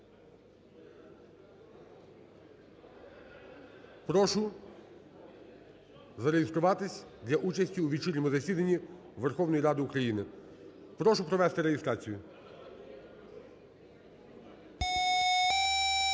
Прошу зареєструватись для участі у вечірньому засіданні Верховної Ради України. Прошу провести реєстрацію.